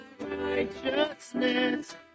righteousness